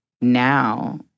now